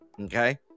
Okay